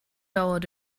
dauert